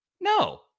no